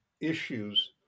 issues